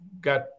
got